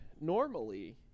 Normally